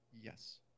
Yes